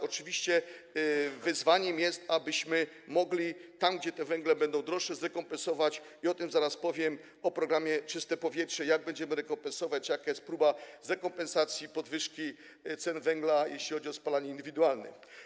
Oczywiście wyzwaniem jest to, abyśmy mogli tam, gdzie te węgle będą droższe, to zrekompensować, i o tym zaraz powiem, o programie „Czyste powietrze”, jak będziemy to rekompensować czy jaka jest próba rekompensacji podwyżki cen węgla, jeśli chodzi o spalanie indywidualne.